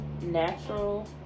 natural